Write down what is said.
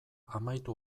amaitu